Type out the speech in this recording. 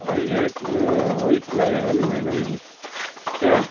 अरे रेट वोइच लगेगा ना मैडम क्या